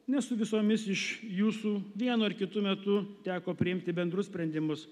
nes su visomis iš jūsų vienu ar kitu metu teko priimti bendrus sprendimus